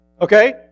Okay